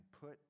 put